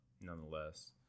nonetheless